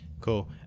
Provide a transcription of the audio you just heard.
Cool